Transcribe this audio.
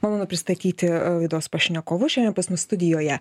malonu pristatyti laidos pašnekovus šiandien pas mus studijoje